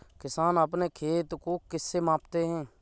किसान अपने खेत को किससे मापते हैं?